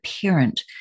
parent